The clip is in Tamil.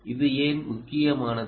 இது ஏன் முக்கியமானது